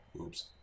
Oops